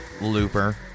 Looper